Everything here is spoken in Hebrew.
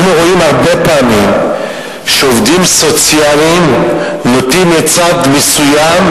אנחנו רואים הרבה פעמים שעובדים סוציאליים נוטים לצד מסוים,